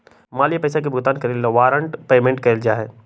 माल या पैसा के भुगतान करे ला वारंट पेमेंट जारी कइल जा हई